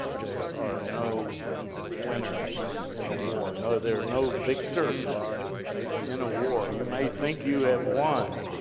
there are no winners in a war. no, there are no victors in a war. you may think you have won,